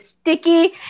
sticky